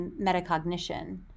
metacognition